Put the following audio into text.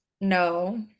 no